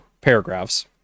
paragraphs